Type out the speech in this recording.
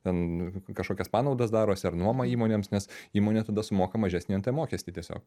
ten kažkokias panaudas darosi ar nuomą įmonėms nes įmonė tada sumoka mažesnį nt mokestį tiesiog